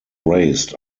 raised